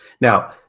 Now